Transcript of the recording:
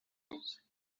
wars